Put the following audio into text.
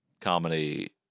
comedy